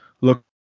look